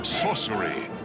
sorcery